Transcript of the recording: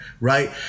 right